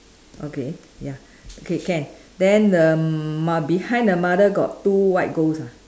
okay ya okay can then the mm mo~ behind the mother got two white ghost ah